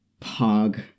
Pog